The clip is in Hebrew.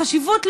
חשיבות לאומית,